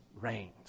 reigns